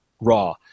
Raw